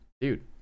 dude